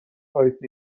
تایپ